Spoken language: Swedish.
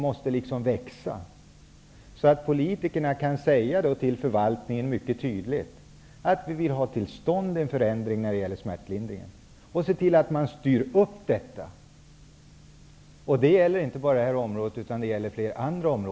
Då kan de till förvaltningen mycket tydligt säga att de vill ha till stånd en förändring när det gäller smärtlindringen och se till att man styr upp detta. Det handlar inte bara om det här området, utan även om flera andra.